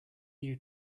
new